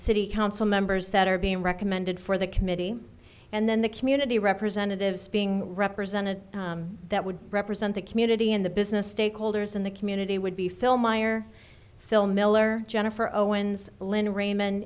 city council members that are being recommended for the committee and then the community representatives being represented that would represent the community and the business stakeholders in the community would be fill meyer fill miller jennifer owens lynn ra